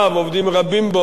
עובדים רבים בו,